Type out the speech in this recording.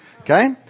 Okay